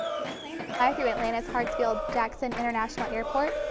if you plan to fly through atlanta's hartsfield-jackson international airport.